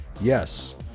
Yes